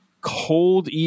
cold